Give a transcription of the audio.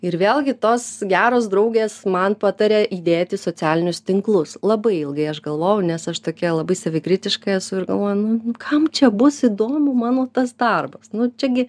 ir vėlgi tos geros draugės man patarė įdėti į socialinius tinklus labai ilgai aš galvojau nes aš tokia labai savikritiška esu ir galvoju nu kam čia bus įdomu mano tas darbas nu čiagi